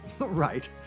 Right